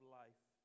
life